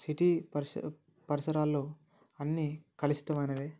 city పరిస పరిసరాలలో అన్నీ కలుషితమైనవి